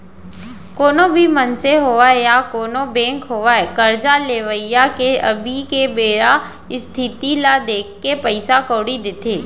कोनो भी मनसे होवय या कोनों बेंक होवय करजा लेवइया के अभी के बेरा इस्थिति ल देखके पइसा कउड़ी देथे